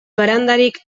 barandarik